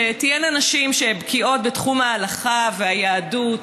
שתהיינה נשים שבקיאות בתחום ההלכה והיהדות,